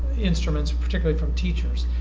instruments, particularly from teachers.